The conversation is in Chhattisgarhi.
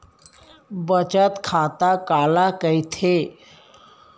बचत खाता काला कहिथे?